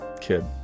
kid